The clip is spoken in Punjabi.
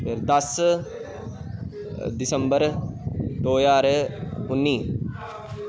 ਫਿਰ ਦਸ ਦਿਸੰਬਰ ਦੋ ਹਜ਼ਾਰ ਉੱਨੀ